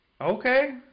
Okay